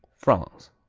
france